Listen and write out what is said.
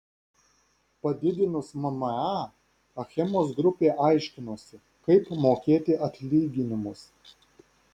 padidinus mma achemos grupė aiškinosi kaip mokėti atlyginimus